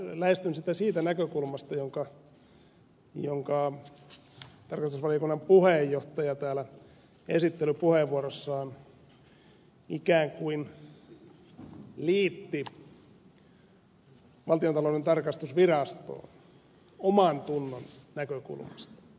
lähestyn sitä siitä näkökulmasta jonka tarkastusvaliokunnan puheenjohtaja täällä esittelypuheenvuorossaan ikään kuin liitti valtiontalouden tarkastusvirastoon omantunnon näkökulmasta